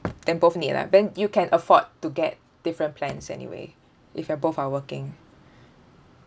then both need ah then you can afford to get different plans anyway if you're both are working